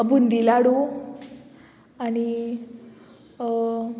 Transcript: बुंदी लाडू आनी